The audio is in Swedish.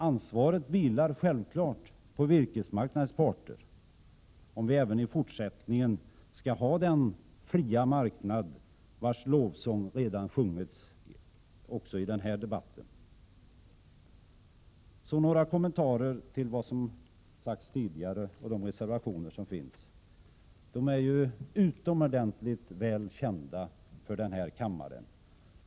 Ansvaret vilar självfallet på virkesmarknadens parter, om vi även i fortsättningen skall ha den fria marknad vars lovsång redan sjungits också i den här debatten. Så några kommentarer till vad som sagts tidigare och de reservationer som finns. Reservationerna är utomordentligt väl kända för kammaren.